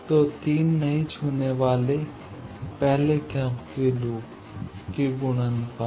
तो तीन नहीं छूने वाले पहले पहले क्रम के लूप के गुणनफल